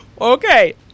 Okay